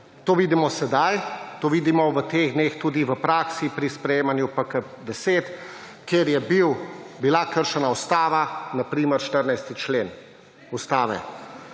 To vidimo sedaj to vidimo v teh dneh tudi v praksi pri sprejemanju PKP-10, kjer je bila kršena Ustava na primer 14. člen Ustave